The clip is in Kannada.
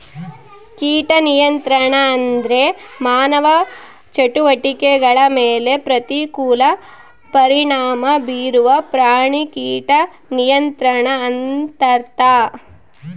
ಕೀಟ ನಿಯಂತ್ರಣ ಅಂದ್ರೆ ಮಾನವ ಚಟುವಟಿಕೆಗಳ ಮೇಲೆ ಪ್ರತಿಕೂಲ ಪರಿಣಾಮ ಬೀರುವ ಪ್ರಾಣಿ ಕೀಟ ನಿಯಂತ್ರಣ ಅಂತರ್ಥ